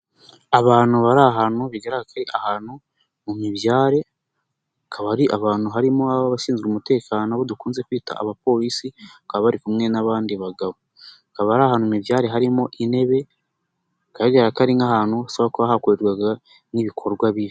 Abantu bari ahantu bigaragaye ari ahantu mu mibyare, akaba ari abantu harimo n'abashinzwe umutekanobo dukunze kwita abapolisi, bakaba bari kumwe n'abandi bagabo. Akaba ari ahantu mu mibyare harimo intebe bigaragara ko ari nk'ahantu hakorerwaga ibikorwa bibi.